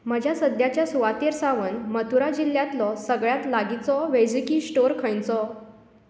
म्हज्या सद्याच्या सुवातेर सावन मथुरा जिल्ल्यांतलो सगळ्यांत लागींचो वैजकी स्टोर खंयचो